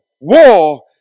war